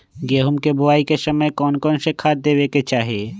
गेंहू के बोआई के समय कौन कौन से खाद देवे के चाही?